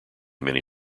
many